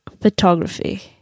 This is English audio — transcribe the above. photography